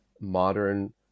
modern